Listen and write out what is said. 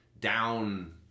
down